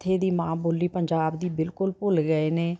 ਇੱਥੇ ਦੀ ਮਾਂ ਬੋਲੀ ਪੰਜਾਬ ਦੀ ਬਿਲਕੁਲ ਭੁੱਲ ਗਏ ਨੇ